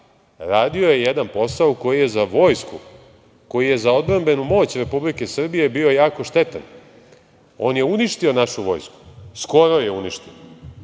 radio je jedan posao koji je za vojsku, koji je za odbrambenu moć Republike Srbije bio jako štetan. On je uništio našu vojsku, skoro je uništio,